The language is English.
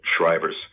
Shriver's